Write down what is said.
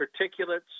particulates